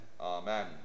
Amen